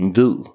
ved